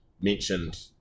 mentioned